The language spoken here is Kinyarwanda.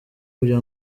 kugira